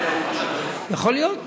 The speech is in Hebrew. יכול להיות.